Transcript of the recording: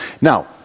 Now